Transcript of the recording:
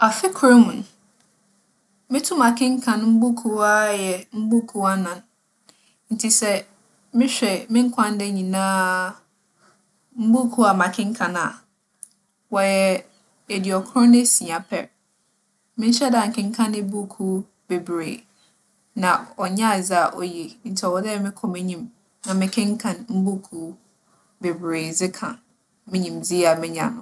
Afe kor mu no, metum akenkan mbuukuu ara yɛ mbuukuu anan. Ntsi sɛ, mehwɛ me nkwa nda nyina mbuukuu a makenkan a, wͻyɛ eduokron esia pɛr. Mennhyɛɛ da nnkenkaan mbuukuu beberee, na ͻnnyɛ adze a oye ntsi ͻwͻ dɛ mokͻ m'enyim na mekenkan mbuukuu beberee dze ka me nyimdzee a menya no ho.